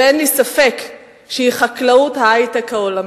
ואין לי ספק שהיא חקלאות ההיי-טק העולמית.